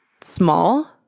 small